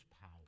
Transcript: power